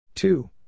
Two